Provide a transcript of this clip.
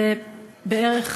זה בערך